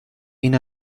این